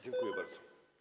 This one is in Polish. Dziękuję bardzo.